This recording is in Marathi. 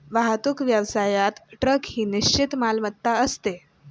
वाहतूक व्यवसायात ट्रक ही निश्चित मालमत्ता असते